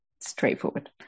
straightforward